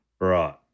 Right